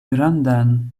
grandan